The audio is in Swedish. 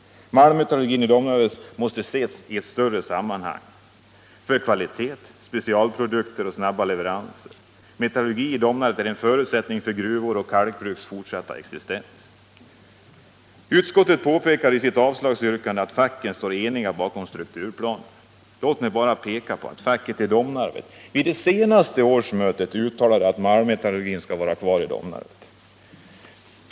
Malmmetallurgin i Domnarvet måste också ses i ett större sammanhang — för kvalitet, specialprodukter och snabba leveranser. Metallurgi i Domnarvet är en förutsättning för gruvors och kalkbruks fortsatta existens. Utskottet säger i sitt avslagsyrkande att facken står eniga bakom strukturplanen. Låt mig bara påpeka att facket i Domnarvet vid det senaste årsmötet uttalade att malmmetallurgin skall vara kvar i Domnarvet.